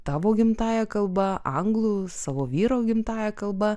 tavo gimtąja kalba anglų savo vyro gimtąja kalba